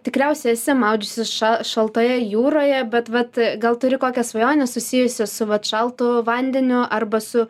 tikriausiai esi maudžiusis ša šaltoje jūroje bet vat gal turi kokią svajonę susijusią su vat šaltu vandeniu arba su